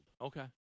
Okay